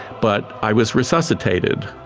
but i was resuscitated.